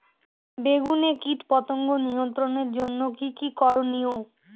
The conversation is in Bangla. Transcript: বেগুনে কীটপতঙ্গ নিয়ন্ত্রণের জন্য কি কী করনীয়?